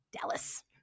Dallas